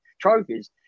trophies